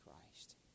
Christ